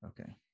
okay